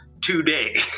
today